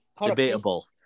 Debatable